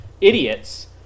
idiots